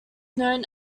known